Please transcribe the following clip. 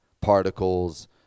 particles